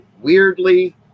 weirdly